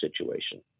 situation